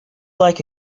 like